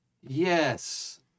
Yes